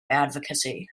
advocacy